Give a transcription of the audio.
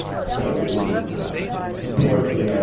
so it would support the